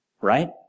right